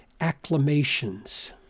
acclamations